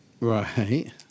Right